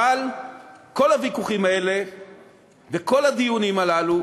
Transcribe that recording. אבל כל הוויכוחים האלה וכל הדיונים הללו,